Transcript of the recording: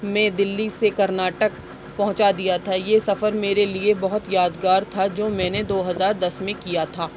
میں دلی سے کرناٹک پہنچا دیا تھا یہ سفر میرے لئے بہت یادگار تھا جو میں نے دو ہزار دس میں کیا تھا